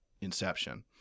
Inception